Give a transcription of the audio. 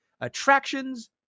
attractions